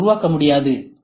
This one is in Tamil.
சி யால் உருவாக்க முடியாது